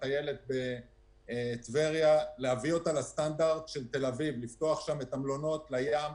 הטיילת בטבריה ולהביא אותה לסטנדרט של תל-אביב לפתוח שם את המלונות לים,